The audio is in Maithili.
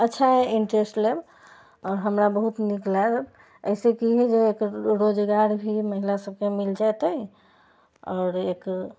अच्छा इन्टरेस्ट लेब आओर हमरा बहुत नीक लागत एहिसँ कि हेतै जे रोजगार भी महिला सभकेँ मिल जेतै आओर एक